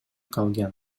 калган